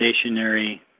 stationary